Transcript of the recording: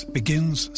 begins